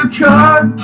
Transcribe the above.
cut